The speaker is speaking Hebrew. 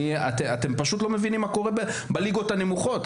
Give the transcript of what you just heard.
אתם פשוט לא מבינים מה קורה בליגות הנמוכות.